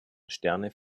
sterne